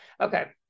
okay